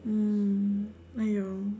mm !aiyo!